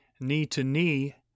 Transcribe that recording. Knee-to-knee